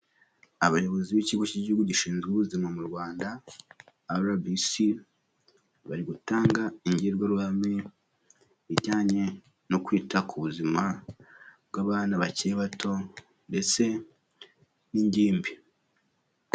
Abayobozi b'Ikigo cy'Igihugu gishinzwe Ubuzima mu Rwanda RBC, bari gutanga imbwirwaruhame ijyanye no kwita ku buzima bw'abana bakiri bato ndetse n'ingimbi.